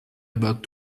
about